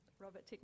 Robert